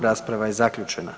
Rasprava je zaključena.